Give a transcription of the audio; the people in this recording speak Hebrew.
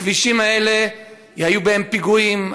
הכבישים האלה, היו בהם פיגועים.